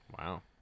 Wow